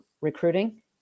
recruiting